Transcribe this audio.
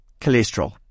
cholesterol